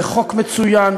זה חוק מצוין.